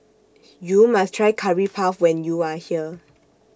YOU must Try Curry Puff when YOU Are here